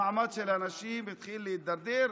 המעמד של הנשים התחיל להידרדר.